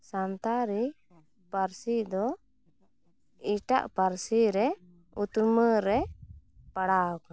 ᱥᱟᱱᱛᱟᱲᱤ ᱯᱟᱹᱨᱥᱤ ᱫᱚ ᱮᱴᱟᱜ ᱯᱟᱹᱨᱥᱤ ᱨᱮ ᱩᱛᱢᱟᱹ ᱨᱮ ᱯᱟᱲᱟᱣ ᱠᱟᱱᱟ